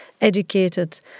educated